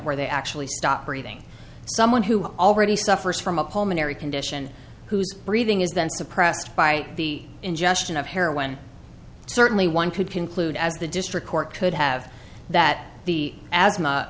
where they actually stop breathing someone who already suffers from a pulmonary condition whose breathing is then suppressed by the ingestion of heroin certainly one could conclude as the district court could have that the asthma